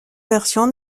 version